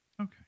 okay